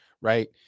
right